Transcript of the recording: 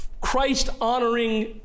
Christ-honoring